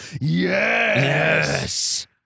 Yes